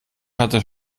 hatte